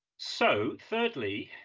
so thirdly,